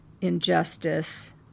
injustice